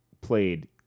played